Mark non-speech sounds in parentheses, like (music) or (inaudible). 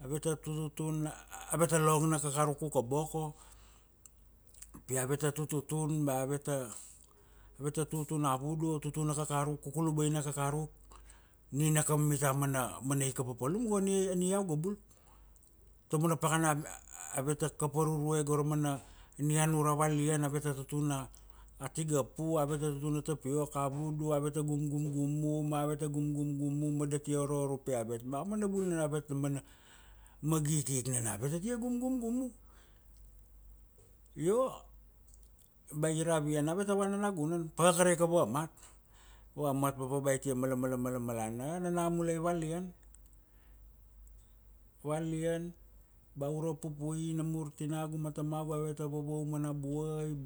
ave ta tutun, ave ta long na kakaruk uka boko. Pi ave ta tutun ba ave ta, ave ta tutun na vudu, tutun na kakaruk, kuku lubai na kakaruk, nina ka mita mana, mana ika papalum go ania, ania iau ga bul. Ta mana pakana (hesitation) ave ta kap varurue go ra mana nian ura valian, ave ta tutun na tigapu, ave ta tutun na tapiok, avudu, ave ta gum gum gumu ma ave ta gum gum gumu ma da tia oro oro u pi avet ma a mana bul nana avet nama, magi ikik nana ave ta tia gum gum gumu. Io, ba i ravian, ave ta vana nagunan, pa ka ra ika vamat, vamat papa ba itia mala-mala-malana na nam mulai valian, valian ba ura pupui ina mur tinagu ma tamagu ave ta vavauma na buai